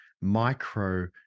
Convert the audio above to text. micro